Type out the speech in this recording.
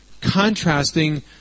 contrasting